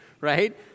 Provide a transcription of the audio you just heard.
right